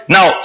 Now